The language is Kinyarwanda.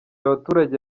abaturage